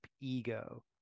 ego